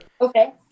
okay